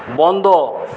বন্ধ